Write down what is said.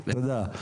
תודה.